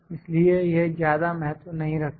इसलिए यह ज्यादा महत्व नहीं रखता